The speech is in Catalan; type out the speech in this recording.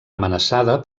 amenaçada